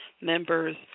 members